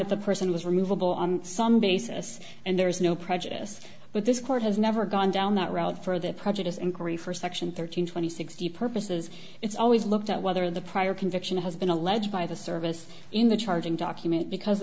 that the person was removable on some basis and there is no prejudice but this court has never gone down that route for that prejudice inquiry for section thirteen twenty sixty purposes it's always looked at whether the prior conviction has been alleged by the service in the charging document because